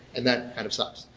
and that kind of sucks.